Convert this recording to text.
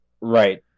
Right